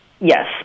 Yes